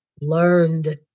learned